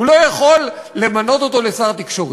הוא לא יכול למנות לשר התקשורת,